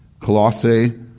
Colossae